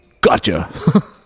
Gotcha